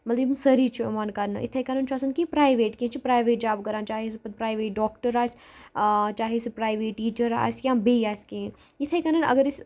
مطلب یِم سٲری چھِ یِوان کَرنہٕ اِتھَے کَنَن چھُ آسان کہِ پرایٚویٹ کینٛہہ چھِ پرایٚویٹ جاب کَران چاہے سُہ پَتہٕ پرایٚویٹ ڈاکٹر آسہِ چاہے سُہ پرایویٹ ٹیٖچَر آسہِ یا بیٚیہِ آسہِ کینٛہہ اِتھے کَنَن اگر أسۍ